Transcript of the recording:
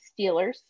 steelers